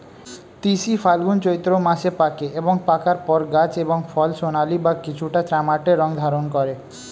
তিসি ফাল্গুন চৈত্র মাসে পাকে এবং পাকার পর গাছ এবং ফল সোনালী বা কিছুটা তামাটে রং ধারণ করে